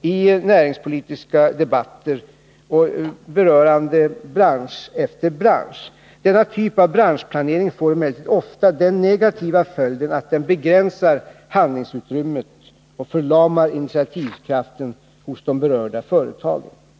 i näringspolitiska debatter här i riksdagen, berörande bransch efter bransch. Denna typ av branschplanering får emellertid ofta den negativa följden att den begränsar handlingsutrymmet och förlamar initiativkraften hos de berörda företagen.